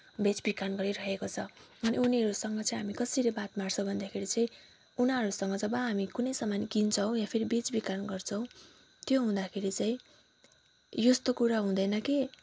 बेच बिखन गरिरहेको छ अनि उनीहरूसँग चाहिँ हामी कसरी बात मार्छौँ भन्दाखेरि चाहिँ उनीहरूसँग जब हामी कुनै सामान किन्छौँ या फेरि बेच बिखन गर्छौँ त्यो हुँदाखेरि चाहिँ यस्तो कुरा हुँदैन कि